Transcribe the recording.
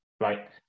right